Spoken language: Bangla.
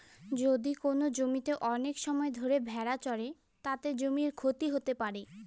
যদি কোনো জমিতে অনেক সময় ধরে ভেড়া চড়ে, তাতে জমির ক্ষতি হতে পারে